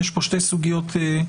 יש פה שתי סוגיות משמעותיות.